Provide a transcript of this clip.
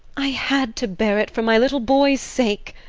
i had to bear it for my little boy's sake.